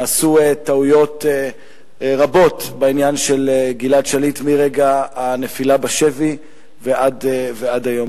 נעשו טעויות רבות בעניין של גלעד שליט מרגע הנפילה בשבי ועד היום.